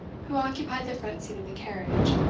who occupied the front seat of the carriage,